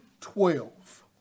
twelve